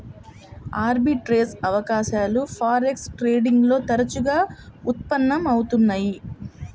arbitrage అవకాశాలు forex trading లో తరచుగా ఉత్పన్నం అవుతున్నయ్యి